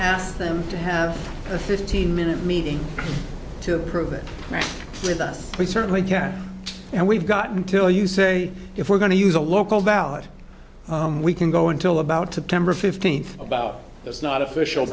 ask them to have a fifteen minute meeting to approve it with us we certainly can and we've got until you say if we're going to use a local ballot we can go until about to kember fifteenth about there's not official